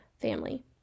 family